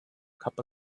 cup